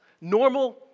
normal